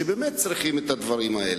שבאמת צריכים את הדברים האלה.